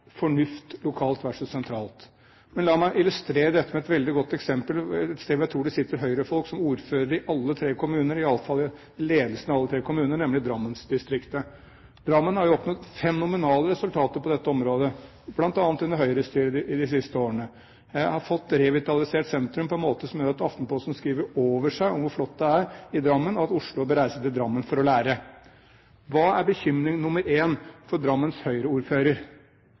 fornuft lokalt versus sentralt. La meg illustrere dette med et veldig godt eksempel, fra et sted der jeg tror det sitter Høyre-folk i alle tre kommunene, i alle fall i ledelsen av alle tre kommunene, nemlig Drammensdistriktet. Drammen har oppnådd fenomenale resultater på dette området bl.a. under Høyre-styre de siste årene. De har fått revitalisert sentrum på en måte som gjør at Aftenposten skriver over seg om hvor flott det er i Drammen, og at Oslo bør reise til Drammen for å lære. Hva er bekymring nr. 1 for Drammens